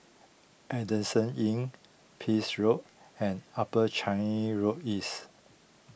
Adamson Inn Pepys Road and Upper Changi Road East